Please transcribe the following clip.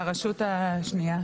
והרשות השנייה?